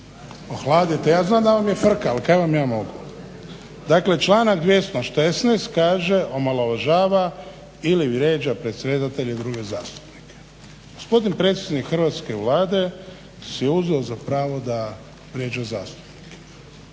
ohladite. Ja znam da vam je frka, ali kaj vam ja mogu. Dakle, članak 216. kaže omalovažava ili vrijeđa predsjedatelja i druge zastupnike. Gospodin predsjednik hrvatske Vlade si je uzeo za pravo da vrijeđa zastupnike